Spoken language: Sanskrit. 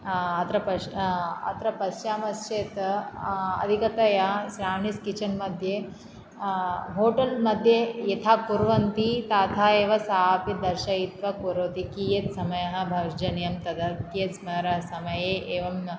अत्र पश्य अत्र पश्यामश्चेत् अधिकतया श्रावनीस् किचन् मध्ये होटल् मध्ये यथा कुर्वन्ति तथा एव सा अपि दर्शयित्वा करोति कियत् समयः भर्जनीयं तद् कियत् समये एवं